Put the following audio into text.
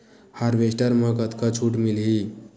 Harvester म कतका छूट मिलही?